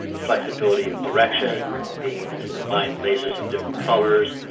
the flexibility of direction, being able to combine lasers of different colours,